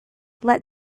let